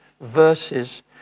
verses